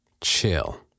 Chill